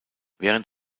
während